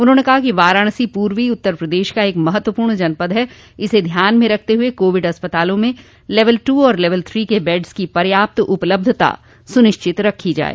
उन्होंने कहा कि वाराणसी पूर्वी उत्तर प्रदेश का एक महत्वपूर्ण जनपद है इसे ध्यान में रखते हुए कोविड अस्पताला में लेवल टू और लेवल थ्री के बेड्स की पर्याप्त उपलब्धता सुनिश्चित रखी जाये